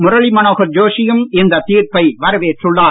முரளி மனோகர் ஜோஷியும் இந்த தீர்ப்பை வரவேற்றுள்ளார்